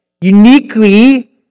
uniquely